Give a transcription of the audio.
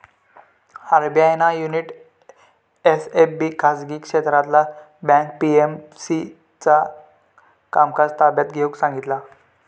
RBI ना unity SFB खाजगी क्षेत्रातला बँक पी.एम.सी चा कामकाज ताब्यात घेऊन सांगितला